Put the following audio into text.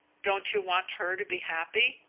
don't you want her to be happy?